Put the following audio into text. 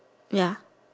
ya